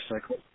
cycle